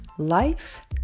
Life